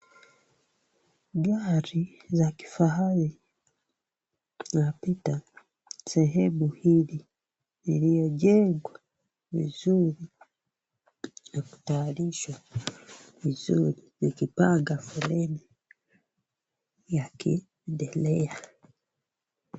Gari la kifahari lapita sehemu hili iliyojengwa vizuri na kutayarishwa vizuri likipanga foleni yakiendelea.